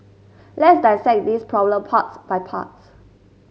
let's dissect this problem part by part